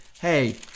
hey